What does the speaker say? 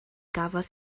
gafodd